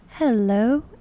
Hello